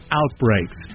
outbreaks